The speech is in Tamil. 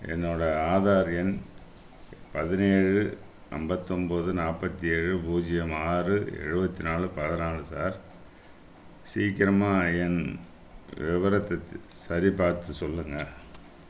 என்னோடய ஆதார் எண் பதினேழு ஐம்பத்தொம்போது நாற்பத்தி ஏழு பூஜ்யம் ஆறு எழுபத்தி நாலு பதினாலு சார் சீக்கிரமாக என் விவரத்தை சரி பார்த்து சொல்லுங்கள்